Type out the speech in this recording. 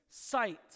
sight